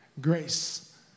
grace